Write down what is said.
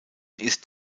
ist